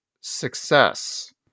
success